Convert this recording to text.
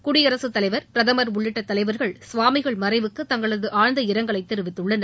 குடியரசுத் தலைவர் பிரதமர் உள்ளிட்ட தலைவர்கள் சுவாமிகள் மறைவுக்கு தங்களது ஆழ்ந்த இரங்கலை தெரிவித்துள்ளனர்